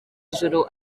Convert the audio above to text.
ijoro